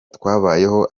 twabayeho